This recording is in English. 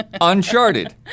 Uncharted